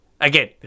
Again